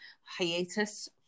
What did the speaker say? hiatus